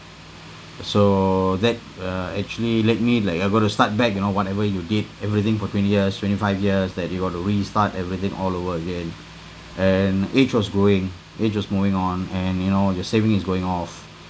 so that uh actually let me like I got to start back you know whatever you did everything for twenty years twenty five years that you got to restart everything all over again and age was growing age was moving on and you know your saving is going off